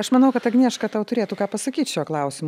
aš manau kad agnieška tau turėtų ką pasakyt šiuo klausimu